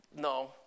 No